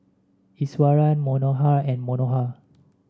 Iswaran Manohar and Manohar